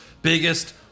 Biggest